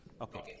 Okay